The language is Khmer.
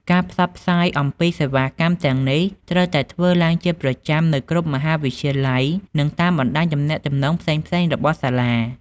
ការផ្សព្វផ្សាយអំពីសេវាកម្មទាំងនេះត្រូវតែធ្វើឡើងជាប្រចាំនៅគ្រប់មហាវិទ្យាល័យនិងតាមបណ្ដាញទំនាក់ទំនងផ្សេងៗរបស់សាលា។